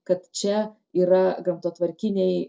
kad čia yra gamtatvarkiniai